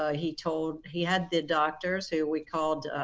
ah he told he had the doctors who we called,